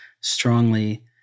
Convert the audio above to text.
strongly